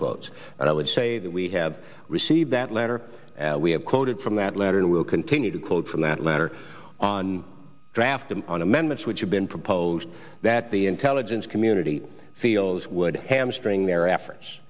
close and i would say that we have received that letter we have quoted from that letter and will continue to quote from that matter on draft and on amendments which have been proposed that the intelligence community feels would hamstring their efforts